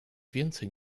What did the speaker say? więcej